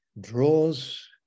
draws